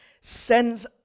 sends